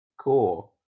Cool